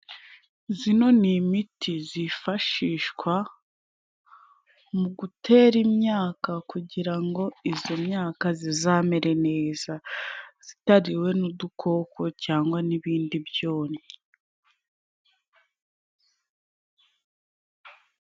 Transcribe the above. Zino ni imiti zifashishwa mu gutera imyaka kugira ngo izo myaka zizamere neza zitariwe n'udukoko cyangwa n'ibindi byonnyi.